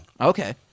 Okay